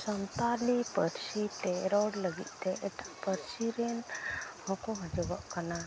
ᱥᱟᱱᱛᱟᱲᱤ ᱯᱟᱹᱨᱥᱤ ᱛᱮ ᱨᱚᱲ ᱞᱟᱹᱜᱤᱫ ᱛᱮ ᱮᱴᱟᱜ ᱯᱟᱹᱨᱥᱤ ᱨᱮᱱ ᱦᱚᱸᱠᱚ ᱦᱟᱡᱩᱜᱚᱜ ᱠᱟᱱᱟ